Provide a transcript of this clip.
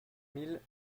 mille